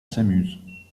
s’amuse